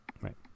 right